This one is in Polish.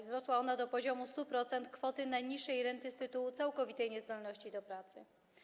Wzrosła ona do poziomu 100% kwoty najniższej renty z tytułu całkowitej niezdolności do pracy.